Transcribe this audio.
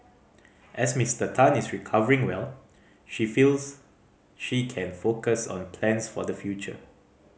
as Mister Tan is recovering well she feels she can focus on plans for the future